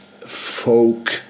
Folk